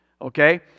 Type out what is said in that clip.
okay